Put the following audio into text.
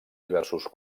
diversos